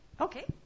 Okay